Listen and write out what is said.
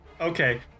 Okay